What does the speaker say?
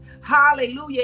hallelujah